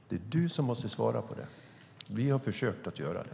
Det är du som måste svara på det. Vi har försökt att göra det.